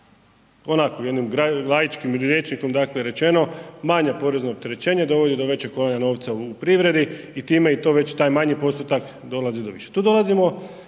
Onako, jednim laičkim rječnikom rečeno, manje porezno opterećenje dovodi do većeg kolanja novca u privredi i time je već taj manji postotak dolazi do više. Tu dolazimo